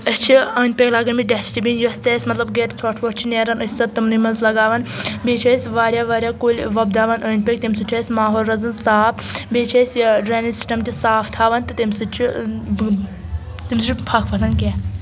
أسۍ چھِ أنٛدۍ پٔکۍ لگٲیمٕتۍ ڈَسٹہٕ بِن یۄس تہِ اَسہِ مطلب گَرِ ژھۄٹھ وۄٹھ چھِ نیران أسۍ سۄ تِمنٕے منٛز لگاوان بیٚیہِ چھِ أسۍ واریاہ واریاہ کُلۍ وۄپداون أنٛدۍ پٔکۍ تَمہِ سۭتۍ چھُ اَسہِ ماحول روزان صاف بیٚیہِ چھِ أسۍ یہِ ڈرٛینیج سِسٹَم تہِ صاف تھاوان تہٕ تَمہِ سۭتۍ چھِ تَمہِ سۭتۍ چھِ پھَکھ وۄتھان کیٚنٛہہ